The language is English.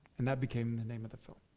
and that became the name of the film.